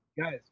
Guys